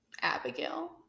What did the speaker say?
Abigail